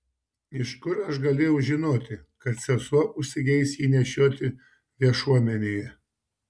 iš kur aš galėjau žinoti kad sesuo užsigeis jį nešioti viešuomenėje